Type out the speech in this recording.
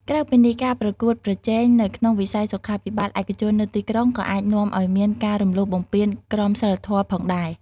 ក្រៅពីនេះ ការប្រកួតប្រជែងនៅក្នុងវិស័យសុខាភិបាលឯកជននៅទីក្រុង ក៏អាចនាំឱ្យមាន ការរំលោភបំពានក្រមសីលធម៌ ផងដែរ។